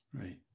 right